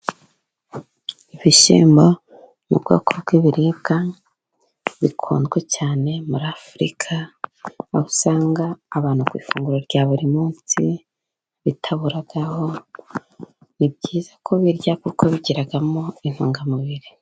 Ibishyimbo ni ubwoko bw'ibiribwa bikunzwe cyane muri Afurika, aho usanga abantu ku ifunguro rya buri munsi bitaburaho, ni byiza kubirya kuko bigiramo intungamubiri.